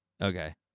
Okay